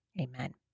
amen